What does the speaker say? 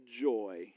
joy